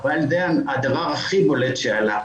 אבל זה הדבר הכי בולט שעלה.